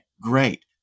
great